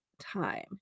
time